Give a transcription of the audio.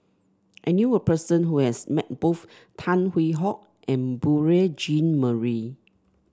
I knew a person who has met both Tan Hwee Hock and Beurel Jean Marie